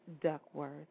Duckworth